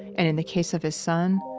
and in the case of his son,